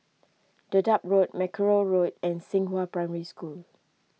Dedap Road Mackerrow Road and Xinghua Primary School